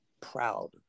proud